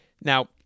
Now